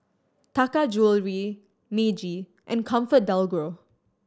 Taka Jewelry Meiji and ComfortDelGro